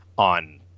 on